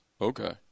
Okay